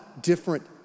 different